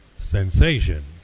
sensation